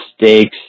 mistakes